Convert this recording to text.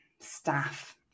staff